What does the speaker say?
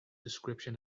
description